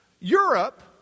Europe